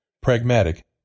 Pragmatic